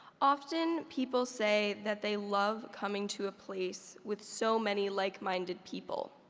often, people say that they love coming to a place with so many like-minded people.